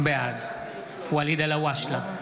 בעד ואליד אלהואשלה,